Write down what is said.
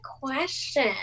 question